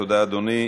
תודה, אדוני.